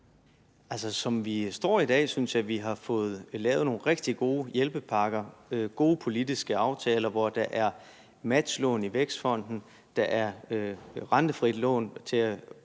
som vi står i dag, synes jeg, at vi har fået lavet nogle rigtig gode hjælpepakker, gode politiske aftaler, hvor der er matchlån i Vækstfonden, der er rentefrit lån til at